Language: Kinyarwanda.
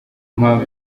mpamvu